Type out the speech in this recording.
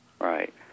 Right